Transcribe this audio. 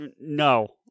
No